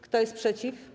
Kto jest przeciw?